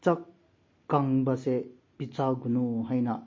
ꯆꯥꯛ ꯀꯪꯕꯁꯦ ꯄꯤꯖꯥꯒꯅꯨ ꯍꯥꯏꯅ